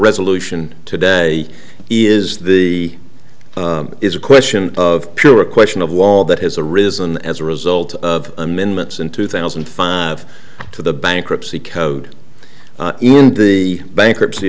resolution today is the is a question of pure a question of wall that has arisen as a result of amendments in two thousand and five to the bankruptcy code in the bankruptcy